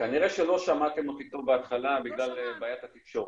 כנראה שלא שמעתם אותי טוב בהתחלה בגלל בעיית התקשורת,